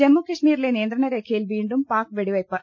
ജമ്മു കശ്മീരിലെ നിയന്ത്രണരേഖയിൽ വീണ്ടും പാക് വെടി വെയ്പ്